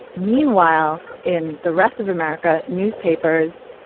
meanwhile, in the rest of america, newspapers,